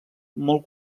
molt